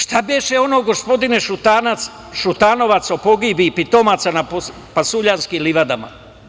Šta beše ono, gospodine Šutanovac, o pogibiji pitomaca na Pasuljanskim livadama?